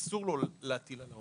אסור לו להטיל על העובד.